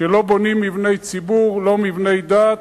שלא בונים מבני ציבור, לא מבני דת,